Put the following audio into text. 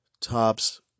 tops